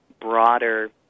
broader